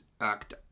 act